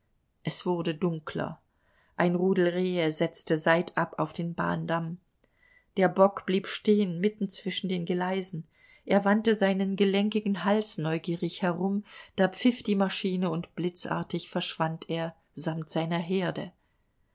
es wurde dunkler ein rudel rehe setzte seitab auf den bahndamm der bock blieb stehen mitten zwischen den geleisen er wandte seinen gelenken hals neugierig herum da pfiff die maschine und blitzartig verschwand er samt seiner herde